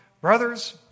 Brothers